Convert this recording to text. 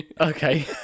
Okay